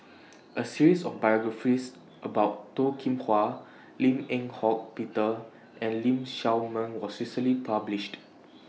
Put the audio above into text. A series of biographies about Toh Kim Hwa Lim Eng Hock Peter and Lee Shao Meng was recently published